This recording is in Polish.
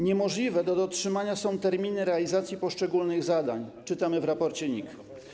Niemożliwe do dotrzymania są terminy realizacji poszczególnych zadań, czytamy w raporcie NIK.